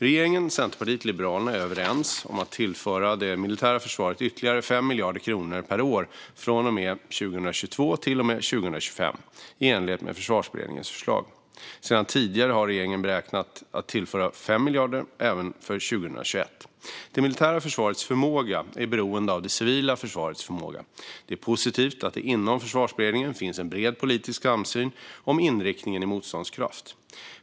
Regeringen, Centerpartiet och Liberalerna är överens om att tillföra det militära försvaret ytterligare 5 miljarder kronor per år från och med 2022 till och med 2025, i enlighet med Försvarsberedningens förslag. Sedan tidigare har regeringen beräknat att tillföra 5 miljarder kronor även för 2021. Det militära försvarets förmåga är beroende av det civila försvarets förmåga. Det är positivt att det inom Försvarsberedningen finns en bred politisk samsyn om inriktningen i Motståndskraft .